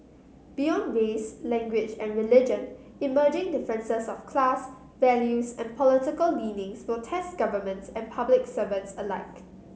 beyond race language and religion emerging differences of class values and political leanings will test governments and public servants alike